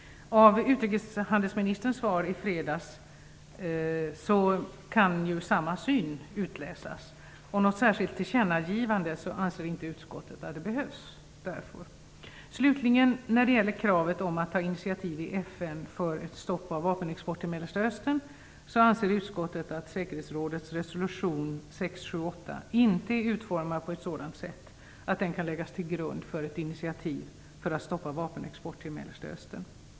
Av utrikeshandelsministerns svar i fredags kan samma syn utläsas. Något särskilt tillkännagivande anser inte utskottet behövs. När det gäller kravet på att ta initiativ i FN för stopp av vapenexport till Mellersta Östern, anser utskottet att säkerhetsrådets resolution 678 inte är utformad på ett sådant sätt att den kan läggas till grund för ett initiativ för att stoppa vapenexport till Mellersta Östern.